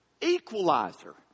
equalizer